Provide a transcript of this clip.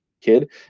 kid